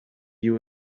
you